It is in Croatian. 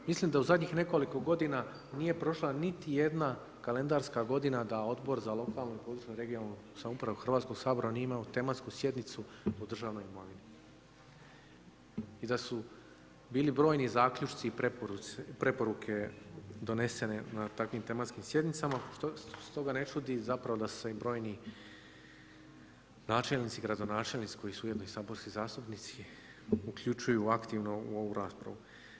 Mislim da u zadnjih nekoliko godina nije prošla niti jedna kalendarska godina da Odbor za lokalnu, područnu i regionalnu samoupravu Hrvatskog sabora nije imao tematsku sjednicu o državnoj imovini i da su bili brojni zaključci i preporuke donesene na takvim tematskim sjednicama, stoga ne čudi zapravo da se i brojni načelnici, gradonačelnici koji su ujedno i saborski zastupnici uključuju aktivno u ovu raspravu.